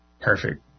Perfect